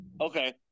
Okay